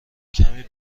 کمی